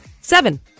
Seven